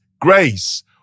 grace